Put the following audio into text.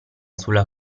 sulla